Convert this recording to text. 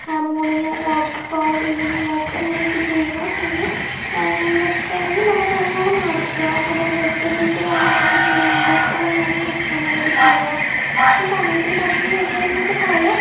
morning walk or evening walk അങ്ങനെയൊക്കെ ചെയ്യുക പിന്നെയെന്ന് വച്ചിട്ടുണ്ടെങ്കിൽ നമ്മൾ നല്ലവണ്ണം നടക്കുക അതായത് എക്സസൈസ് കാര്യങ്ങളൊക്കെ ചെയ്യാൻ ഇൻ്റെറസ്റ്റുള്ളവരാണെങ്കിൽ അങ്ങനെയൊക്കെ ചെയ്യുക ആ സമയത്തിന് ഭക്ഷണം കഴിച്ചാൽ തന്നെ നമുക്ക് പല